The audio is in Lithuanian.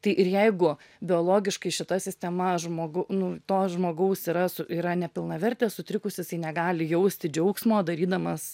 tai ir jeigu biologiškai šita sistema žmogų nu to žmogaus yra su yra nepilnavertė sutrikus jisai negali jausti džiaugsmo darydamas